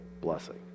blessing